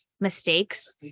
mistakes